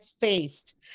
faced